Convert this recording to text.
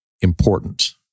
important